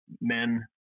men